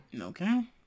Okay